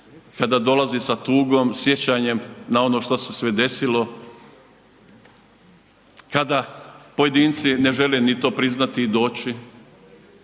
kada dolazi sa tugom, sjećanjem na ono što se sve desilo, kada pojedinci ne žele ni to priznati i doći,